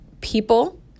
people